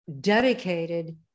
dedicated